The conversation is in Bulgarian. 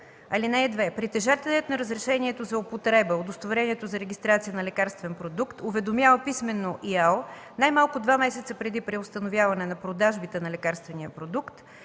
„(2) Притежателят на разрешението за употреба/удостоверението за регистрация на лекарствен продукт уведомява писмено ИАЛ най-малко два месеца преди преустановяване на продажбите на лекарствен продукт,